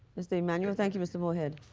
mr. emanuel. thank you, mr. moore head.